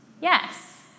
Yes